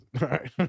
right